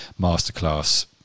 masterclass